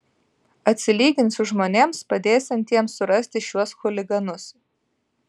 atsilyginsiu žmonėms padėsiantiems surasti šiuos chuliganus